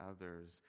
others